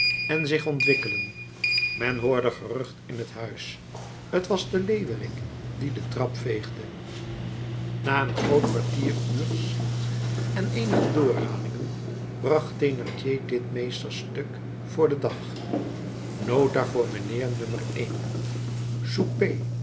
en zich ontwikkelen men hoorde gerucht in huis t was de leeuwerik die de trap veegde na een groot kwartieruurs en eenige doorhalingen bracht thénardier dit meesterstuk voor den dag nota voor mijnheer no